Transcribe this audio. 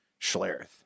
Schlereth